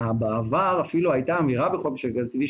בעבר אפילו הייתה אמירה בחוק משק הגז הטבעי,